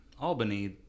Albany